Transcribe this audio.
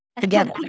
together